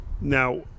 Now